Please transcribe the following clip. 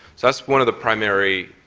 that is one of the primary